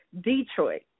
Detroit